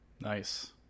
nice